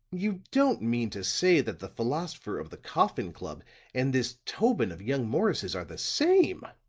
you don't mean to say that the philosopher of the coffin club and this tobin of young morris's are the same,